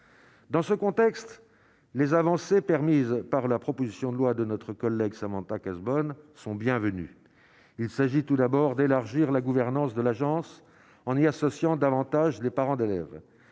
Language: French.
dans ce contexte, les avancées permises par la proposition de loi de notre collègue, Samantha Cazebonne sont bienvenues, il s'agit tout d'abord d'élargir la gouvernance de l'agence, en y associant davantage les parents d'élèves,